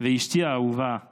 ואשתי האהובה אילנה.